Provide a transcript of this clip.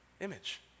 image